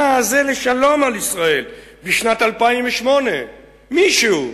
הזה לשלום על ישראל בשנת 2008. מישהו.